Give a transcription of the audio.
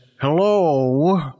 Hello